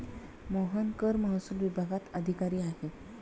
मोहन कर महसूल विभागात अधिकारी आहे